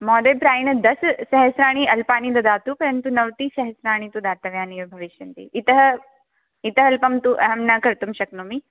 महोदय प्रायेण दशसहस्राणि अल्पानि ददातु परन्तु नवतिसहस्राणि तु दातव्यानि एव भविष्यन्ति इतः इतः अल्पं तु अहं न कर्तुं शक्नोमि